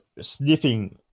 sniffing